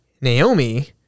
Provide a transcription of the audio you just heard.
Naomi